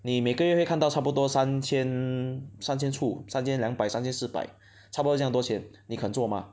你每个月会看到差不多三千三千处三千两百三千四百差不多这样多钱你肯做 mah